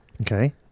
Okay